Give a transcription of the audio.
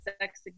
sex